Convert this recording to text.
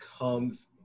comes